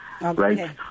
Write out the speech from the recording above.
Right